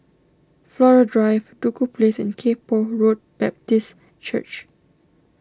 Flora Drive Duku Place and Kay Poh Road Baptist Church